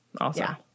Awesome